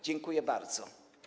Dziękuję bardzo.